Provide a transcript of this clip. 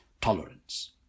tolerance